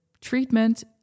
treatment